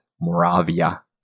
Moravia